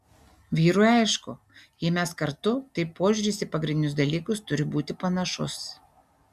vyrui aišku jei mes kartu tai požiūris į pagrindinius dalykas turi būti panašus